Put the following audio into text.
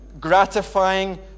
gratifying